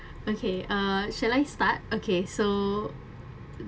okay uh shall I start okay so